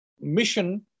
mission